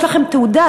יש לכם תעודה,